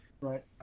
Right